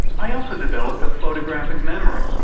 i also developed a photographic memory.